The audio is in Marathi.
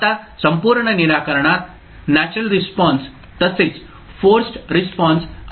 आता संपूर्ण निराकरणात नॅचरल रिस्पॉन्स तसेच फोर्सड रिस्पॉन्स असेल